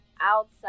outside